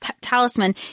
talisman